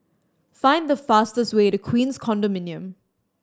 find the fastest way to Queens Condominium